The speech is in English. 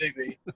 TV